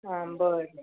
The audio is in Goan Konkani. आ बरें